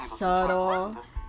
subtle